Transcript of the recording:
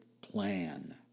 plan